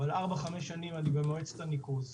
אבל ארבע-חמש שנים אני במועצת הניקוז.